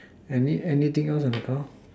any anything else at the car